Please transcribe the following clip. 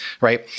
Right